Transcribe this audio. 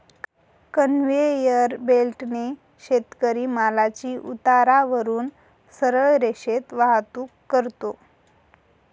conveyor बेल्टने शेतकरी मालाची उतारावरून सरळ रेषेत वाहतूक करतो